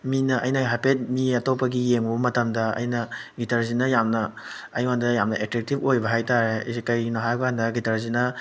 ꯃꯤꯅ ꯑꯩꯅꯒ ꯍꯥꯏꯐꯦꯠ ꯃꯤ ꯑꯇꯣꯞꯄꯒꯤ ꯌꯦꯡꯉꯨꯕ ꯃꯇꯝꯗ ꯑꯩꯅ ꯒꯤꯇꯔꯁꯤꯅ ꯌꯥꯝꯅ ꯑꯩꯉꯣꯟꯗ ꯌꯥꯝꯅ ꯑꯦꯇ꯭ꯔꯦꯛꯇꯤꯞ ꯑꯣꯏꯕ ꯍꯥꯏꯇꯥꯔꯦ ꯑꯁꯤ ꯀꯩꯒꯤꯅꯣ ꯍꯥꯏꯔꯀꯥꯟꯗ ꯒꯤꯇꯔꯁꯤꯅ